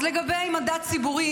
אז לגבי מנדט ציבורי,